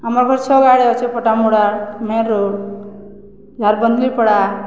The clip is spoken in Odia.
ଆମର ଘର ଛଅ ଗାଡ଼େ ଅଛେ ପଟାମୁଡ଼ା ମେନ୍ ରୋଡ଼ ଯାହାର ବନ୍ଦଲିପଡ଼ା